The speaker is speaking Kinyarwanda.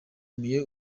bwe